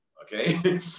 Okay